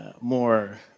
more